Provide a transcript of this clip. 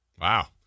Wow